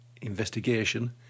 investigation